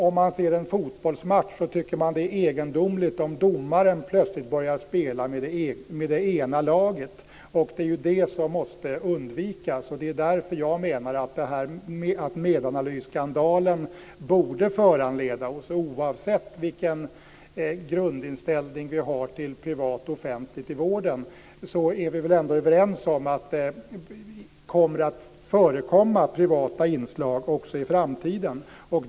Om man ser en fotbollsmatch tycker man ju att det är egendomligt om domaren plötsligt börjar spela med det ena laget. Det är det som måste undvikas, och det är därför som jag menar att Medanalysskandalen borde föranleda oss att tänka efter. Oavsett vilken grundinställning vi har till privat och offentligt i vården är vi väl ändå överens om att det kommer att förekomma privata inslag även i framtiden.